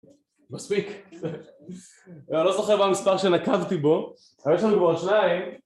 מספיק, אני לא זוכר מה מספר שנקבתי בו, אבל יש לנו כבר שניים